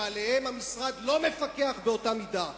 שעליהם המשרד לא מפקח באותה מידה.